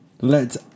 lets